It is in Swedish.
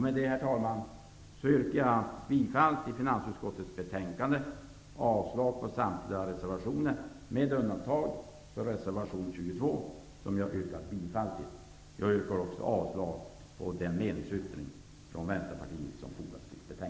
Med det, herr talman, yrkar jag bifall till hemställan i finansutskottets betänkande och avslag på samtliga reservationer, med undantag för reservation 22, som jag yrkar bifall till. Jag yrkar också avslag på den meningsyttring från